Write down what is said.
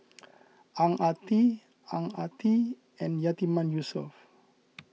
Ang Ah Tee Ang Ah Tee and Yatiman Yusof